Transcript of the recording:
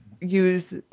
use